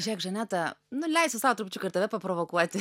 žiūrėk žaneta nu leisiu sau trupučiuką ir tave paprovokuoti